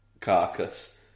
carcass